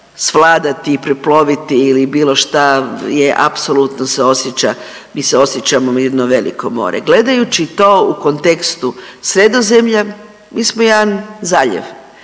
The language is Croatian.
svladati i preploviti ili bilo šta je apsolutno se osjeća, mi se osjećamo jedno veliko more. Gledajući to u kontekstu Sredozemlja mi smo jedan zaljev.